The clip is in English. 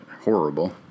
horrible